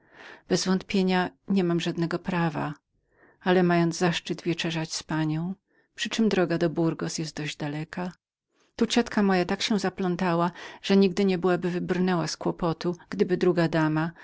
nic nagannego bezwątpienia niemam żadnego prawa ale mając zaszczyt wieczerzania z panią przytem droga do burgos jest dość daleką tu ciotka moja tak się zaplątała że nigdy nie byłaby wybrnęła z kłopotu gdyby druga dama